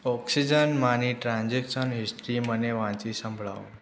ઓક્સિજનમાંની transaction history મને વાંચી સંભળાવો